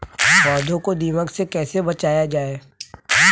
पौधों को दीमक से कैसे बचाया जाय?